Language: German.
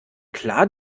klar